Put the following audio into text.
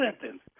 sentence